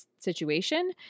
situation